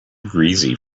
greasy